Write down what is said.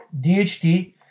DHT